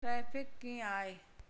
traffic कीअं आहे